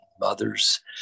mothers